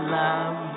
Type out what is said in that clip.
love